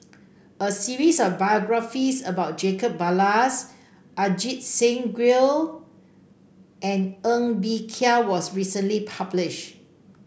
a series of biographies about Jacob Ballas Ajit Singh Gill and Ng Bee Kia was recently published